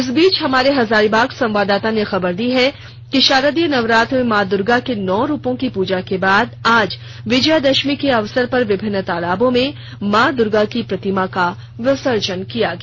इस बीच हमारे हजारीबाग संवाददाता ने खबर दी है कि शारदीय नवरात्र में मां दुर्गा की नौ रूपों की पूजा के बाद आज विजयादशमी के अवसर पर विभिन्न तालाबों में मां दुर्गा की प्रतिमा का विसर्जन किया गया